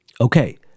Okay